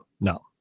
No